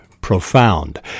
profound